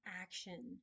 action